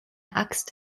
axt